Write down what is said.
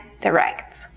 direct